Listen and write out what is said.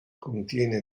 contiene